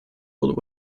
would